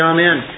Amen